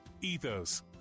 Ethos